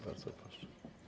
Bardzo proszę.